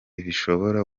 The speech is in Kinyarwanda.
gishobora